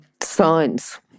signs